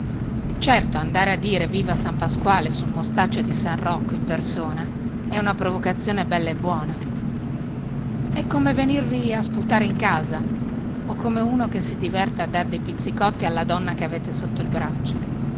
andare a dire viva san pasquale sul mostaccio di san rocco in persona è una provocazione bella e buona è come venirvi a sputare in casa o come uno che si diverta a dar dei pizzicotti alla donna che avete sotto il braccio